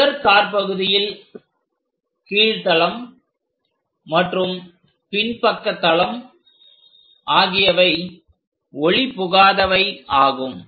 முதல் காற்பகுதியில் கீழ்தளம் மற்றும் பின்பக்க தளம் ஆகியவை ஒளிபுகாதவை ஆகும்